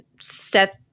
set